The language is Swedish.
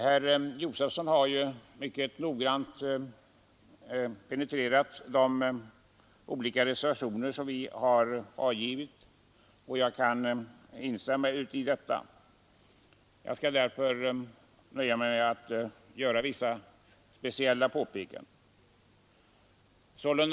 Herr Josefson har här mycket noggrant penetrerat de olika reservationer som avgivits till utskottets betänkande, och därför kan jag nu nöja mig med att instämma i vad herr Josefson sade och bara göra vissa speciella påpekanden.